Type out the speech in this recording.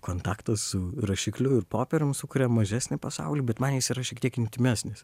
kontaktas su rašikliu ir popierium sukuria mažesnį pasaulį bet man jis yra šiek tiek intymesnis